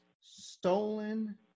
stolen